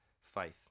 Faith